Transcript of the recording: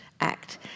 act